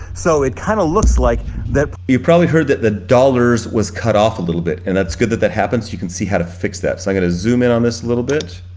so it kind of looks like that. you probably heard that the dollars was cut off a little bit and that's good that that happens. you can see how to fix that. so i'm gonna zoom in on this a little bit,